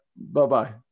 Bye-bye